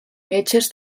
metges